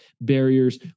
barriers